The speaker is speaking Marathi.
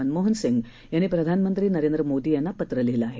मनमोहन सिंग यांनी प्रधानमंत्री नरेंद्र मोदी यांना पत्र लिहीलं आहे